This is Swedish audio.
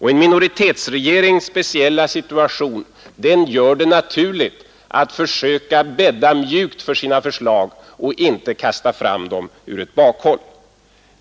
I en minoritetsregerings speciella situation är det naturligt att försöka bädda mjukt för förslagen och inte kasta fram dem ur ett bakhåll.